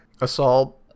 assault